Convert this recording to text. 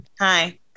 hi